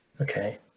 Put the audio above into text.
okay